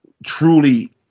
Truly